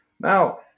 Now